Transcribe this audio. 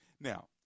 Now